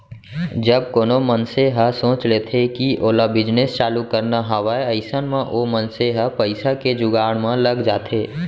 जब कोनो मनसे ह सोच लेथे कि ओला बिजनेस चालू करना हावय अइसन म ओ मनसे ह पइसा के जुगाड़ म लग जाथे